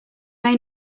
may